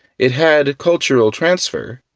it had cultural transfer,